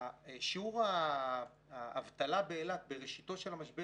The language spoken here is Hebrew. שיעור האבטלה באילת בראשיתו של המשבר